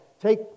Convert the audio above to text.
Take